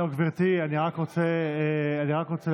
גברתי, אני רק רוצה להדגיש